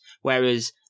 whereas